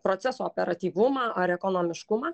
proceso operatyvumą ar ekonomiškumą